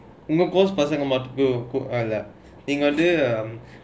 course பசங்க மட்டும்:pasanga maattum you under um